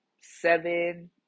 seven